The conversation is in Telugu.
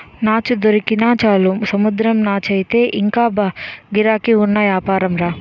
నాచు దొరికినా చాలు సముద్రం నాచయితే ఇంగా గిరాకీ ఉన్న యాపారంరా